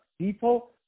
people